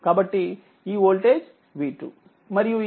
కాబట్టి ఈ వోల్టేజ్ V2మరియు ఇది